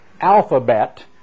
alphabet